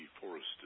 forested